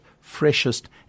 freshest